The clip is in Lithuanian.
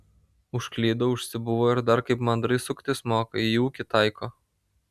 užklydo užsibuvo ir dar kaip mandrai suktis moka į ūkį taiko